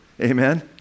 amen